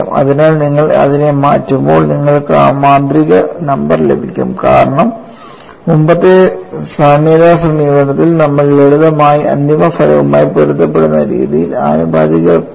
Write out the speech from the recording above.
അതിനാൽ നിങ്ങൾ അതിനെ മാറ്റുമ്പോൾ നിങ്ങൾക്ക് ആ മാന്ത്രിക നമ്പർ ലഭിക്കും കാരണം മുമ്പത്തെ സാമ്യതാ സമീപനത്തിൽ നമ്മൾ ലളിതമായി അന്തിമഫലവുമായി പൊരുത്തപ്പെടുന്ന രീതിയിൽ ആനുപാതികത കോൺസ്റ്റൻസ് എടുത്തു